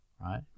right